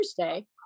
Thursday